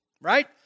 right